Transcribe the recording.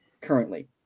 currently